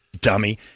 dummy